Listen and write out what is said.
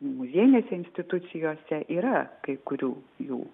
muziejinėse institucijose yra kai kurių jų